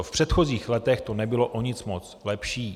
V předchozích letech to nebylo o nic moc lepší.